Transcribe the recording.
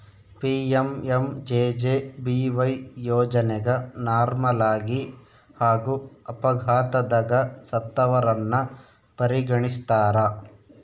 PMMJJBY ಯೋಜನೆಗ ನಾರ್ಮಲಾಗಿ ಹಾಗೂ ಅಪಘಾತದಗ ಸತ್ತವರನ್ನ ಪರಿಗಣಿಸ್ತಾರ